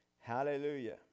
Hallelujah